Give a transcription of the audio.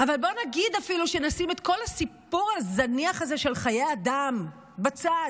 אבל בואו נגיד אפילו שנשים את כל הסיפור הזניח הזה של חיי אדם בצד